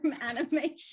animation